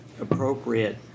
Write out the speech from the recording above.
appropriate